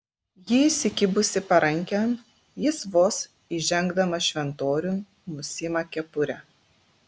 ji įsikibusi parankėn jis vos įžengdamas šventoriun nusiima kepurę